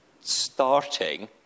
starting